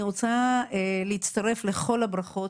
רוצה להצטרף לכל הברכות,